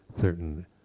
certain